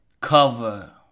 Cover